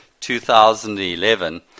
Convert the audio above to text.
2011